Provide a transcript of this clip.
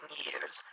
years